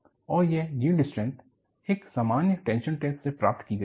और यह yield strength एक सामान्य टेंशन टेस्ट से प्राप्त की गई थी